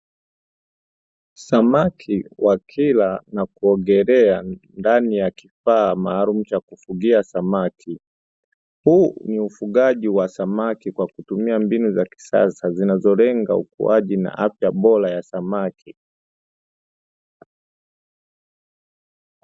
Samaki wakila na kuogelea ndani ya kifaa maalumu cha kufugia samaki, huu ni ufugaji wa samaki kwa kutumia mbinu za kisasa zinazolenga ukuaji na afya bora ya samaki.